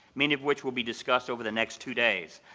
many of which will be discussed over the next two days.